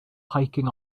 hiking